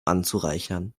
anzureichern